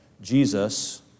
Jesus